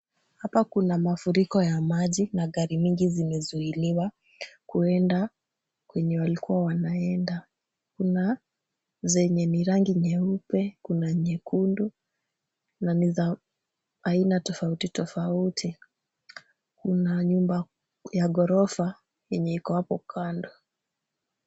Hapa kuna mafuriko ya maji na gari mingi zimezuiliwa kuenda penye walikuwa wanaenda. Kuna zenye ni rangi nyeupe ,kuna nyekundu na ni za aina tofauti tofatui. Kuna nyumba ya ghorofa yenye iko hapo kando.